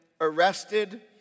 arrested